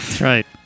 Right